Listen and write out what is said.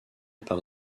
par